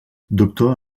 doctor